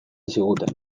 ziguten